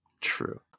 True